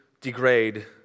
degrade